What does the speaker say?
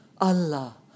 Allah